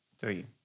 three